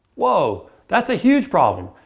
whoa, that's a huge problem.